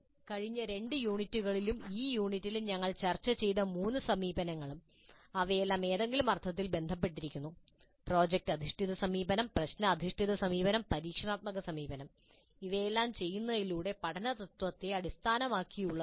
കഴിഞ്ഞ രണ്ട് യൂണിറ്റുകളിലും ഈ യൂണിറ്റിലും ഞങ്ങൾ ചർച്ച ചെയ്ത മൂന്ന് സമീപനങ്ങളും അവയെല്ലാം ഏതെങ്കിലും അർത്ഥത്തിൽ ബന്ധപ്പെട്ടിരിക്കുന്നു പ്രോജക്റ്റ് അധിഷ്ഠിത സമീപനം പ്രശ്ന അധിഷ്ഠിത സമീപനം പരീക്ഷണാത്മക സമീപനം ഇവയെല്ലാം ചെയ്യുന്നതിലൂടെ പഠന തത്ത്വത്തെ അടിസ്ഥാനമാക്കിയുള്ളതാണ്